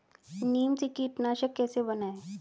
नीम से कीटनाशक कैसे बनाएं?